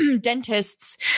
dentists